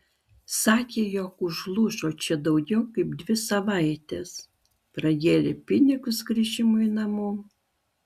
sakė jog užlūžo čia jau daugiau kaip dvi savaites pragėrė pinigus grįžimui namo